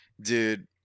dude